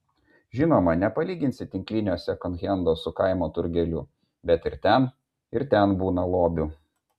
žinoma nepalyginsi tinklinio sekondhendo su kaimo turgeliu bet ir ten ir ten būna lobių